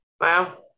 Wow